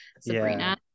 sabrina